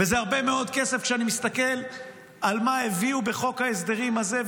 וזה הרבה מאוד כסף כשאני מסתכל על מה הביאו בחוק ההסדרים הזה,